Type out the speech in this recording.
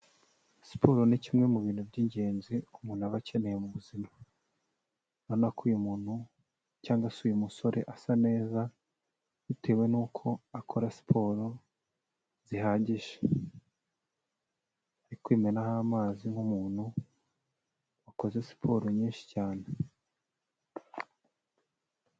Siporo ni kimwe mu bintu by'ingenzi umuntu aba akeneye mu buzima. Urabona ko uyu umuntu cyangwa se uyu musore asa neza bitewe nuko akora siporo zihagije. Arikwimenaho amazi nk'umuntu wakoze siporo nyinshi cyane.